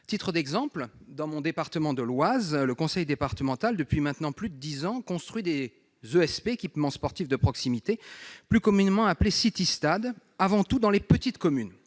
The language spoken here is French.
titre d'exemple, dans mon département de l'Oise, le conseil départemental, depuis maintenant plus de dix ans, construit des équipements sportifs de proximité, des ESP, plus communément appelés City stades, avant tout dans les petites communes